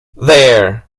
there